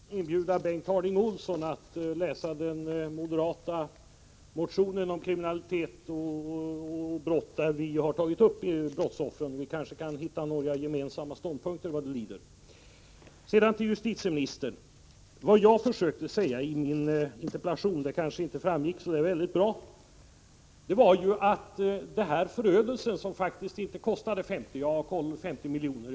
Herr talman! Först av allt vill jag rekommendera Bengt Harding Olson att läsa den moderata motionen om kriminaliteten, där vi har tagit upp situationen för brottsoffren. Vi kanske kan hitta några gemensamma ståndpunkter vad det lider. Vad jag försökte säga i min interpellation men som kanske inte framgick särskilt bra var ju, justitieministern, att denna förödelse utgjorde en fasansfull händelse. Den kostade faktiskt inte 50 miljoner.